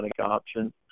option